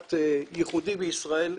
קצת ייחודי בישראל,